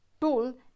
tool